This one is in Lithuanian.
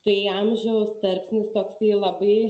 tai amžiaus tarpsnis toksai labai